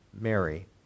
Mary